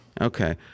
Okay